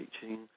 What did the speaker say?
teaching